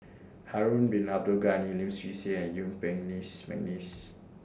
Harun Bin Abdul Ghani Lim Swee Say and Yuen Peng Neice Mcneice